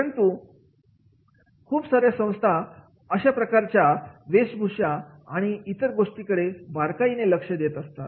रंतु खूप सार्या संस्था अशाप्रकारच्या वेशभूषा आणि इतर गोष्टींकडे खूप बारकाईने लक्ष देत असतात